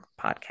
podcast